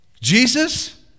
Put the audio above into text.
Jesus